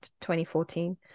2014